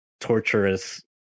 torturous